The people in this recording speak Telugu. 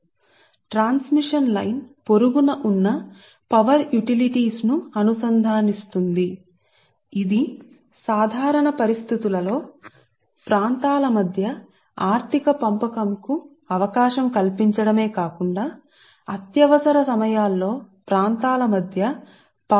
కాబట్టి ట్రాన్స్మిషన్ లైన్ పొరుగున ఉన్న విద్యుత్ వినియోగాలను కూడా అనుసంధానిస్తుంది ఇది సాధారణ పరిస్థితులలో ప్రాంతాలలో విద్యుత్ శక్తిని ఆర్థికంగా పంపించడమే కాకుండా అత్యవసర సమయాల్లో ప్రాంతాల మధ్య పవర్ ని బదిలీ చేయడానికి కూడా వీలు కలుస్తుంది